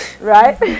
right